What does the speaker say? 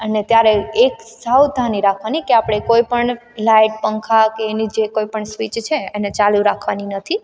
અને ત્યારે એક સાવધાની રાખવાની કે આપણે કોઈપણ લાઇટ પંખા કે એની જે કોઈપણ સ્વિચ છે એને ચાલુ રાખવાની નથી